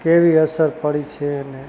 કેવી અસર પડી છે એને